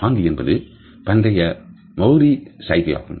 ஹாங்கி என்பது பண்டைய Maori சைகை ஆகும்